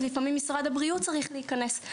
אז לפעמים משרד הבריאות צריך להיכנס.